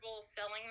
selling